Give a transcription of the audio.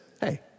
hey